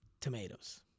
tomatoes